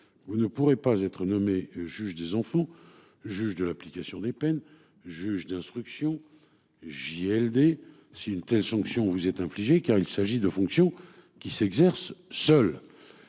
vous ne pourrait pas être nommé juge des enfants, juge de l'application des peines, juge d'instruction JLD. Si une telle sanction. Vous êtes infligé car il s'agit de fonctions qui s'exerce seul.